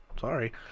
sorry